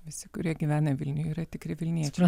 visi kurie gyvena vilniuj yra tikri vilniečiai